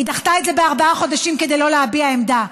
היא דחתה את זה בארבעה חודשים כדי שלא להביע עמדה.